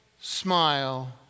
smile